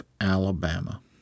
Alabama